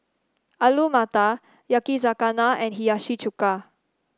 Alu Matar Yakizakana and Hiyashi Chuka